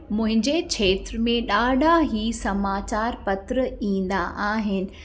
मुंहिंजे खेत्र में ॾाढा ई समाचार पत्र ईंदा आहिनि